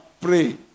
pray